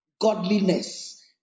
godliness